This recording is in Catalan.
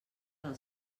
del